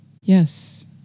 Yes